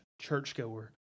churchgoer